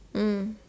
mm